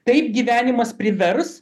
taip gyvenimas privers